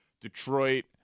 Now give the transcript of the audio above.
Detroit